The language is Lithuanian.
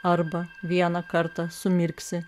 arba vieną kartą sumirksi